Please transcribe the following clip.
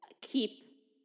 keep